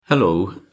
Hello